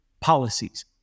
policies